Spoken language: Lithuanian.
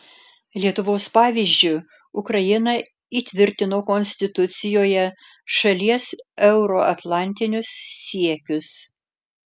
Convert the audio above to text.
lietuvos pavyzdžiu ukraina įtvirtino konstitucijoje šalies euroatlantinius siekius